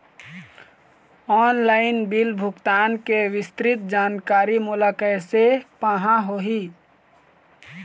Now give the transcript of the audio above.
Online bill भुगतान के विस्तृत जानकारी मोला कैसे पाहां होही?